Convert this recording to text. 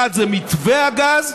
אחד זה מתווה הגז,